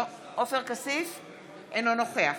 אינו נוכח